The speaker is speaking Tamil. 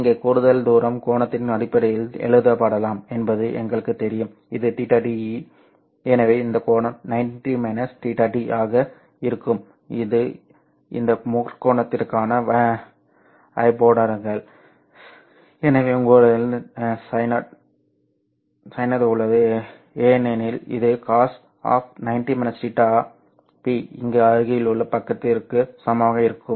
இங்கே கூடுதல் தூரம் கோணத்தின் அடிப்படையில் எழுதப்படலாம் என்பது எங்களுக்குத் தெரியும் இது θd எனவே இந்த கோணம் 90 θd ஆக இருக்கும் இது இந்த முக்கோணத்திற்கான ஹைப்போடனஸ்கள் எனவே உங்களிடம் Psinθd உள்ளது ஏனெனில் இது cos 90 θ P இங்கே அருகிலுள்ள பக்கத்திற்கு சமமாக இருக்கும்